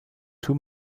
two